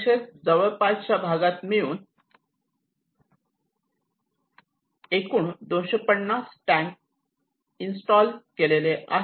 तसेच जवळपासच्या भागात मिळून एकूण 250 टँक इन्स्टॉल केलेले आहे